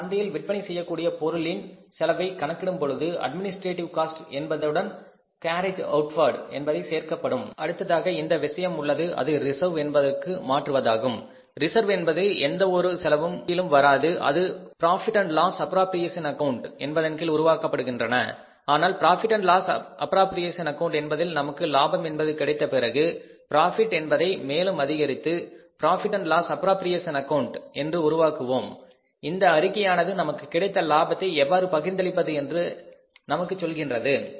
நான் சந்தையில் விற்பனை செய்யக்கூடிய பொருளின் செலவை கணக்கிடும்பொழுது அட்மினிஸ்ட்ரேட்டிவ் காஸ்ட் என்பதுடன் கேரேஜ் அவுட் வார்டு என்பது சேர்க்கப்படும் அடுத்ததாக இந்த விஷயம் உள்ளது அது ரிசர்வ் என்பதற்கு மாற்றுவதாகும் ரிசர்வ் என்பது எந்த ஒரு செலவும் கீழும் வராது அவை profit and loss appropriation account என்பதன் கீழ் உருவாக்கப்படுகின்றன ஆனால் புராபிட் அண்ட் லாஸ் ஆக்கவுண்ட் என்பதில் நமக்கு லாபம் என்பது கிடைத்த பிறகு புரோஃபிட் என்பதை மேலும் அதிகரித்து profit and loss appropriation account என்று உருவாக்குவோம் இந்த அறிக்கையானது நமக்கு கிடைத்த லாபத்தை எவ்வாறு பகிர்ந்தளிப்பது என்று நமக்குச் சொல்கின்றது